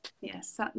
yes